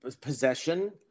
possession